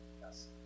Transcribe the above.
Yes